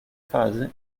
fase